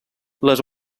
les